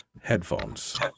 headphones